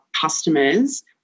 customers